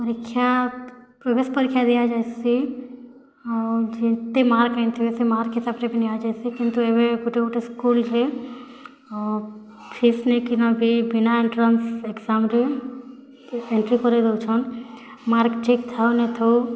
ପରୀକ୍ଷା ପ୍ରବେଶ୍ ପରୀକ୍ଷା ଦିଆଯାଏସି ଆଉ ଯେତେ ମାର୍କ୍ ଆନିଥିବେ ସେ ମାର୍କ୍ ହିସାବ୍ରେ ଭି ନିଆଯାଏସି କିନ୍ତୁ ଏବେ ଗୁଟେ ଗୁଟେ ସ୍କୁଲ୍ରେ ଫିସ୍ ନେଇକିନା ଭି ବିନା ଏଣ୍ଟ୍ରାନ୍ସ ଏକ୍ଜାମ୍ରେ ଏଣ୍ଟ୍ରି କରେଇଦଉଛନ୍ ମାର୍କ୍ ଠିକ୍ ଥାଉ ନଥାଉ